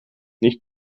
nicht